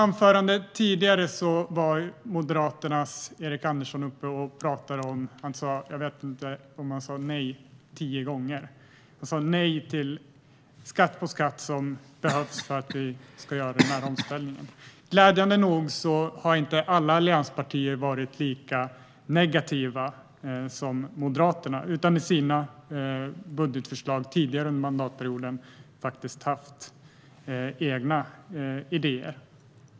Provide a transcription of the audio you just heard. När Moderaternas Erik Andersson tidigare talade tror jag att han sa nej tio gånger. Han sa nej till skatt på skatt som behövs för att vi ska kunna göra denna omställning. Glädjande nog har inte alla allianspartier varit lika negativa som Moderaterna, utan de har i sina budgetförslag tidigare under mandatperioden faktiskt haft egna idéer.